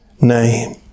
name